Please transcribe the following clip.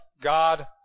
God